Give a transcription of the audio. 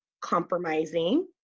compromising